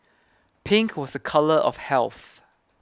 pink was a colour of health